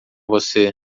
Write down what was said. você